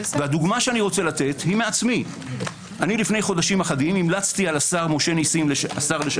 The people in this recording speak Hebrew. אני לפני כמה חודשים המלצתי על השר לשעבר